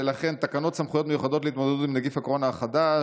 ולכן תקנות סמכויות מיוחדות להתמודדות עם נגיף הקורונה החדש